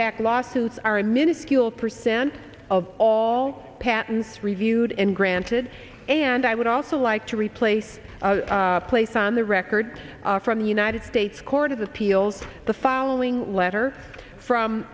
fact lawsuits are a minuscule percent of all patents reviewed and granted and i would also like to replace place on the record from the united states court of appeals the following letter from